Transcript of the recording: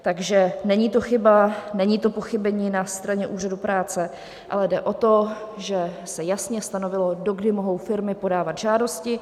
Takže není to chyba, není to pochybení na straně úřadu práce, ale jde o to, že se jasně stanovilo, do kdy mohou firmy podávat žádosti.